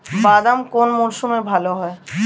বাদাম কোন মরশুমে ভাল হয়?